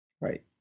Right